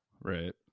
Right